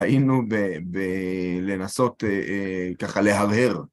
היינו בלנסות ככה להרהר.